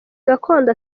gakondo